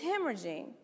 hemorrhaging